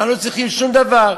אנחנו לא צריכים שום דבר,